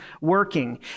working